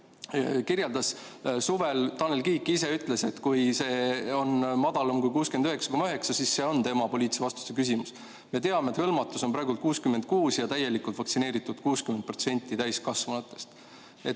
märkis, suvel Tanel Kiik ise ütles, et kui see protsent on madalam kui 69,9, siis see on tema poliitilise vastutuse küsimus. Me teame, et hõlmatus on praegu 66% ja täielikult vaktsineeritud on 60% täiskasvanutest.